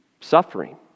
suffering